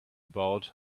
about